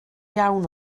iawn